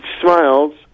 smiles